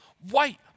white